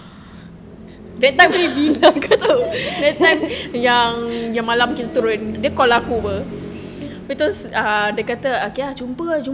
dia tahu bigger ke tu